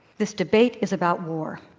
this debate is about war,